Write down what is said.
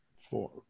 Four